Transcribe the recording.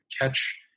catch